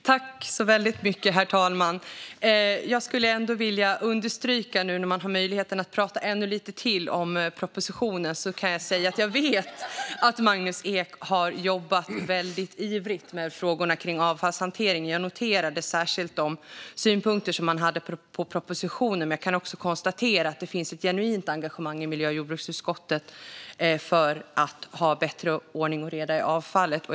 Herr talman! Jag skulle ändå vilja säga, nu när jag har möjligheten att prata ännu lite till om propositionen, att jag vet att Magnus Ek har jobbat väldigt ivrigt med frågorna om avfallshantering. Jag noterade särskilt de synpunkter som han hade på propositionen. Jag kan också konstatera att det finns ett genuint engagemang i miljö och jordbruksutskottet för att ha bättre ordning och reda på avfallet.